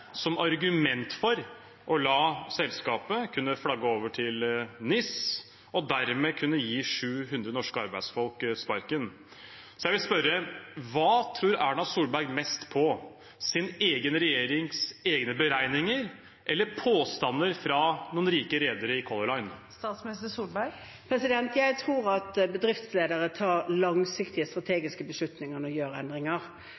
som argument for å la selskapet kunne flagge over til NIS, og dermed kunne gi 700 norske arbeidsfolk sparken. Så jeg vil spørre: Hva tror Erna Solberg mest på – sin egen regjerings egne beregninger eller påstander fra noen rike redere i Color Line? Jeg tror at bedriftsledere tar langsiktige